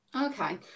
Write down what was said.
okay